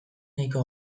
nahiko